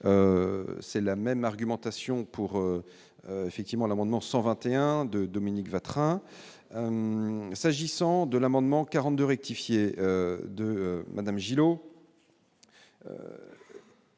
c'est la même argumentation pour effectivement l'amendement 121 de Dominique Vatrin s'agissant de l'amendement 42 rectifier de Madame Gillot.